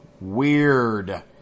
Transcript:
weird